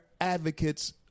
advocates